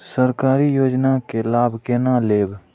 सरकारी योजना के लाभ केना लेब?